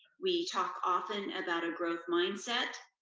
we talk often about a growth mindset,